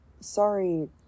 sorry